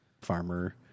farmer